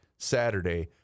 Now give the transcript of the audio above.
Saturday